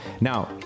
Now